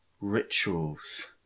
rituals